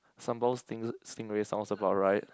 sambal sting stingray sounds about right